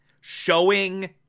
showing